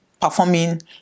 performing